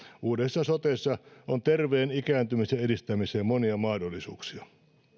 uudessa sotessa on terveen ikääntymisen edistämiseen monia mahdollisuuksia